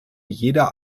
jeder